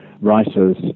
writers